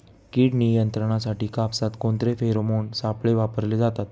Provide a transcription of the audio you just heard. कीड नियंत्रणासाठी कापसात कोणते फेरोमोन सापळे वापरले जातात?